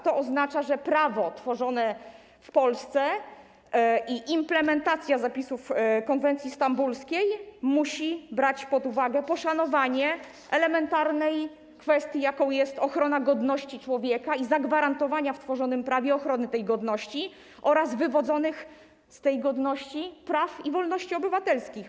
To oznacza, że prawo tworzone w Polsce przy okazji implementacji zapisów konwencji stambulskiej musi brać pod uwagę poszanowanie elementarnej kwestii, jaką jest ochrona godności człowieka i zagwarantowania w tworzonym prawie ochrony tej godności oraz wywodzonych z tej godności praw i wolności obywatelskich.